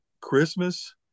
Christmas